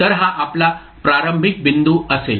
तर हा आपला प्रारंभिक बिंदू असेल